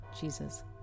Jesus